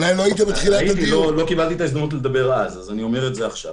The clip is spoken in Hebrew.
חבל, אני רוצה להתקדם.